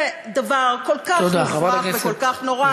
זה דבר כל כך מופרך וכל כך נורא,